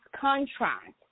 contract